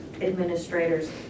Administrators